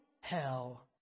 hell